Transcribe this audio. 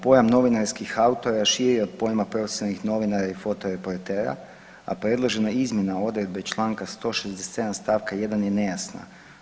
Pojam novinarskih autora širi je od pojma profesionalnih novinara i fotoreportera, a predložena izmjena odredbe čl. 167 st. 1 je nejasna.